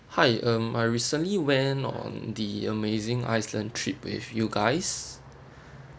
hi um I recently went on the amazing iceland trip with you guys